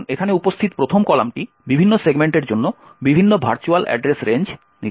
এখন এখানে উপস্থিত ১ম কলামটি বিভিন্ন সেগমেন্টের জন্য বিভিন্ন ভার্চুয়াল অ্যাড্রেস রেঞ্জ নির্দিষ্ট করে